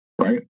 right